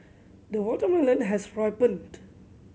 the watermelon has ripened